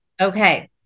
Okay